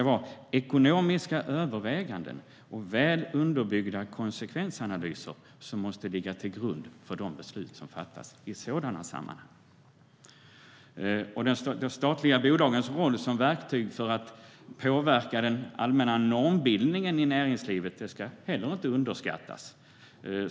Ekonomiska överväganden och väl underbyggda konsekvensanalyser måste ligga till grund för de beslut som fattas i sådana sammanhang.De statliga bolagens roll som verktyg för att påverka den allmänna normbildningen i näringslivet ska heller inte underskattas.